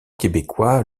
québécois